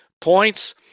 points